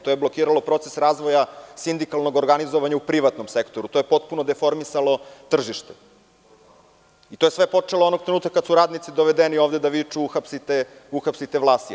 To je blokiralo proces razvoja sindikalnog organizovanja u privatnom sektoru, to je potpuno deformisalo tržište, i to je sve počelo onog trenutka kad su radnici dovedeni ovde da viču – uhapsite Vlasija.